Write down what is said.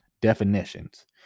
definitions